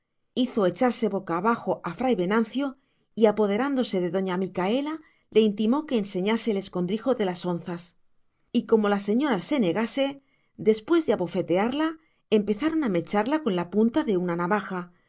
hizo echarse boca abajo a fray venancio y apoderándose de doña micaela le intimó que enseñase el escondrijo de las onzas y como la señora se negase después de abofetearla empezaron a mecharla con la punta de una navaja